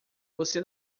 você